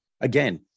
Again